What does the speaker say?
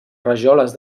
rajoles